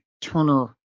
Turner